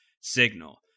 signal